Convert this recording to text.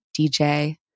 DJ